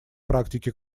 практике